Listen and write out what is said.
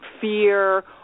fear